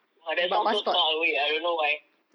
!wah! that sound so far away I don't know why